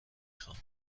خوام